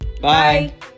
Bye